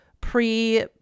pre